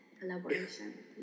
collaboration